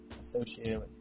associated